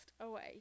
away